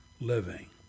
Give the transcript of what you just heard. living